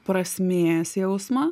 prasmės jausmą